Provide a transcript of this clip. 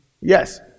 Yes